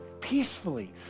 peacefully